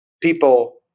people